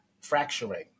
fracturing